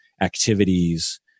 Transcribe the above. activities